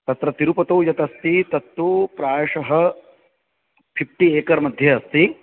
तत्र तिरुपतौ यत् अस्ति तत्तु प्रायशः फिफ्टि एकर् मध्ये अस्ति